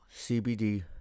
CBD